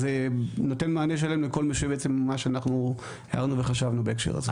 אז זה נותן מענה שלם לכל מה שהערנו וחשבנו בהקשר הזה.